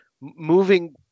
moving